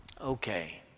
Okay